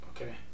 Okay